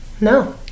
No